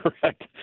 correct